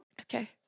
Okay